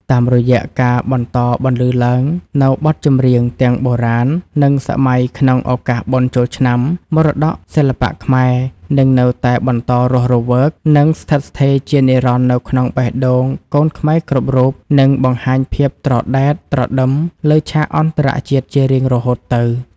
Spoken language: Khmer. តាមរយៈការបន្តបន្លឺឡើងនូវបទចម្រៀងទាំងបុរាណ និងសម័យក្នុងឱកាសបុណ្យចូលឆ្នាំ មរតកសិល្បៈខ្មែរនឹងនៅតែបន្តរស់រវើក និងស្ថិតស្ថេរជានិរន្តរ៍នៅក្នុងបេះដូងកូនខ្មែរគ្រប់រូប និងបង្ហាញភាពត្រដែតត្រដឹមលើឆាកអន្តរជាតិជារៀងរហូតតទៅ។